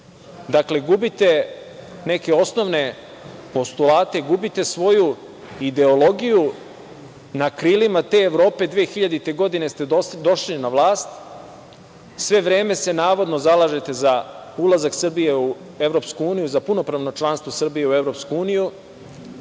gubite neke osnovne postulate, gubite svoju ideologiju. Na krilima te Evrope 2000. godine ste došli na vlast. Sve vreme se, navodno, zalažete za ulazak Srbije u EU, za punopravno članstvo Srbije u EU, sve vreme